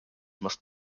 must